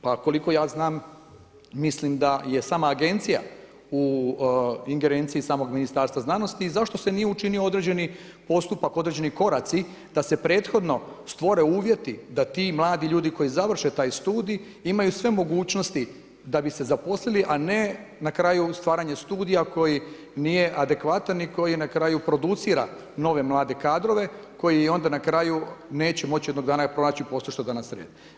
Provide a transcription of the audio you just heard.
Pa koliko ja znam, mislim da je sama agencija u ingerenciji samog Ministarstva znanosti i zašto se nije učinio određeni postupak, određeni koraci da se prethodno stvore uvjeti da ti mladi ljudi koji završe taj studij, imaju sve mogućnost da bise zaposlili a ne na kraju stvaranja studija koji nije adekvatan i koji na kraju producira nove mlade kadrove, koji onda na kraju neće moći jednog dana pronaći posao što je danas red.